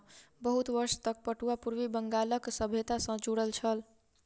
बहुत वर्ष तक पटुआ पूर्वी बंगालक सभ्यता सॅ जुड़ल छल